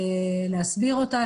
להסביר אותה,